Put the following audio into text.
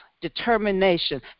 determination